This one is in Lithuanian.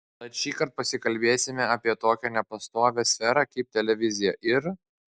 tad šįkart pasikalbėsime apie tokią nepastovią sferą kaip televizija ir